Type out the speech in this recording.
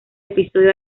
episodio